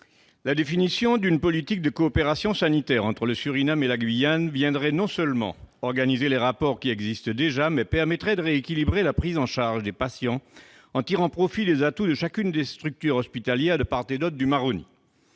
La définition d'une politique de coopération sanitaire entre le Suriname et la Guyane viendrait non seulement organiser les rapports qui existent déjà, mais permettrait aussi de rééquilibrer la prise en charge des patients en tirant profit des atouts de chacune des structures hospitalières de part et d'autre du Maroni.